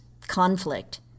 conflict